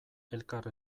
elkar